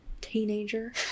teenager